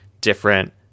different